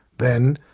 then,